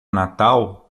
natal